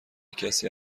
کسی